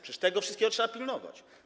Przecież tego wszystkiego trzeba pilnować.